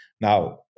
Now